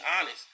honest